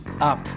up